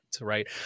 right